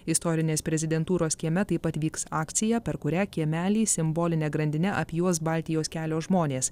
istorinės prezidentūros kieme taip pat vyks akcija per kurią kiemelį simboline grandine apjuos baltijos kelio žmonės